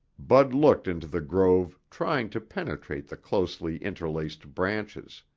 bud looked into the grove trying to penetrate the closely interlaced branches.